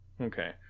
okay